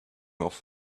off